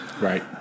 Right